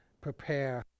prepare